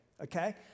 Okay